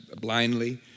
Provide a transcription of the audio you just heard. blindly